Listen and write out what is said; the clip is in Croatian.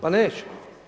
Pa neće.